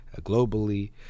globally